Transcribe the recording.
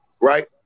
right